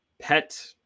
pet